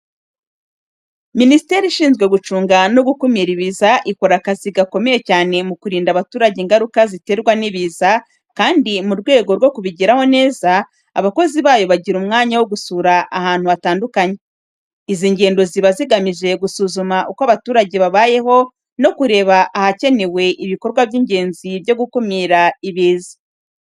Minisiteri ishinzwe gucunga no gukumira ibiza ikora akazi gakomeye cyane mu kurinda abaturage ingaruka ziterwa n'ibiza, kandi mu rwego rwo kubigeraho neza, abakozi bayo bagira umwanya wo gusura ahantu hatandukanye. Izi ngendo ziba zigamije gusuzuma uko abaturage babayeho, no kureba ahakenewe ibikorwa by'ingenzi byo gukumira ibiza.